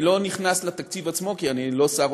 אני לא נכנס לתקציב עצמו כי אני לא שר